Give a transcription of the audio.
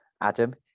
Adam